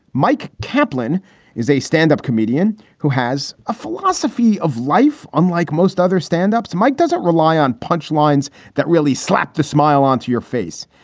mike kaplan is a stand up comedian who has a philosophy of life. unlike most other standups, mike doesn't rely on punch lines that really slap the smile onto your face.